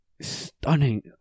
stunning